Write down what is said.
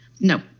No